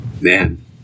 man